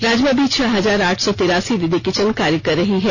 राज्य में अभी छह हजार आठ सौ तिरासी दीदी किचन कार्य कर रही है